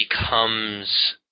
becomes